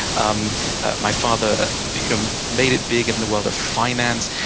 um my father you know made it big in the world of finance.